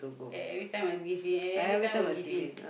e~ every time must give in every time will give in